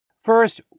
First